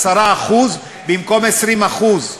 10% במקום 20%,